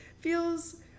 feels